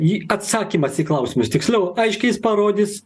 ji atsakymas į klausimus tiksliau aiškiai jis parodys